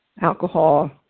alcohol